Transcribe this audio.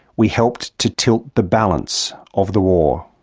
we helped to tilt the balance of the war.